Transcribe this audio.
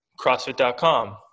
CrossFit.com